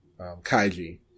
Kaiji